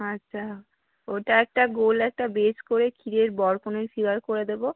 আচ্ছা ওটা একটা গোল একটা বেস করে ক্ষীরের বল আমি শেয়ার করে দেবো